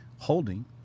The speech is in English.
holding